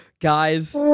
guys